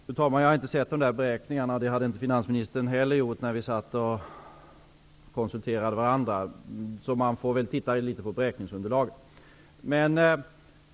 Fru talman! Jag har inte sett de beräkningarna, och det har inte heller finansministern gjort. Man får alltså titta litet på beräkningsunderlaget.